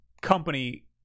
company